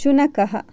शुनकः